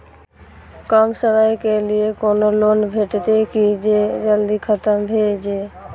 कम समय के लीये कोनो लोन भेटतै की जे जल्दी खत्म भे जे?